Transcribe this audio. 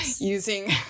using